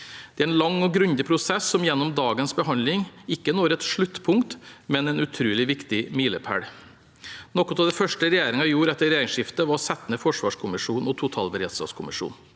Det er en lang og grundig prosess, som gjennom dagens behandling ikke når et sluttpunkt, men er en utrolig viktig milepæl. Noe av det første regjeringen gjorde etter regjeringsskiftet, var å sette ned forsvarskommisjonen og totalberedskapskommisjonen.